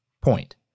point